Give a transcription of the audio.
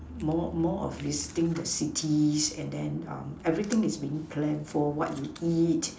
more more of visiting the cities and then um everything is being planned for what you eat